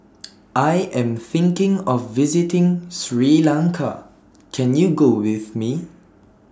I Am thinking of visiting Sri Lanka Can YOU Go with Me